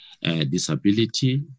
disability